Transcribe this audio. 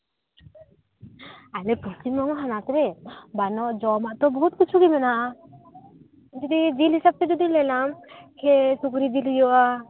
ᱟᱞᱮ ᱯᱚᱥᱪᱷᱤᱢ ᱵᱚᱝᱜᱚ ᱦᱚᱱᱚᱛ ᱨᱮ ᱵᱷᱟᱞᱮ ᱡᱚᱢᱟᱜ ᱛᱚ ᱵᱚᱦᱩᱛ ᱠᱤᱪᱷᱩ ᱜᱮ ᱢᱮᱱᱟᱜᱼᱟ ᱡᱩᱫᱤ ᱡᱤᱞ ᱦᱤᱥᱟᱹᱵ ᱛᱮ ᱡᱩᱫᱤᱢ ᱢᱮᱱᱟ ᱤᱭᱟᱹ ᱥᱩᱠᱨᱤ ᱡᱤᱞ ᱦᱩᱭᱩᱜᱼᱟ